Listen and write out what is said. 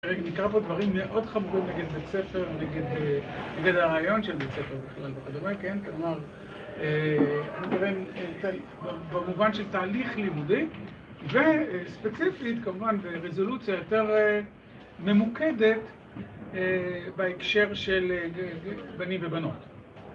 נקרא פה דברים מאוד חמורים נגד בית ספר, נגד הרעיון של בית ספר בכלל וכדומה, כן, כלומר, במובן של תהליך לימודי, וספציפית, כמובן, ברזולוציה יותר ממוקדת בהקשר של בנים ובנות.